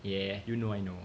yeah you know I know